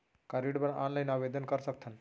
का ऋण बर ऑनलाइन आवेदन कर सकथन?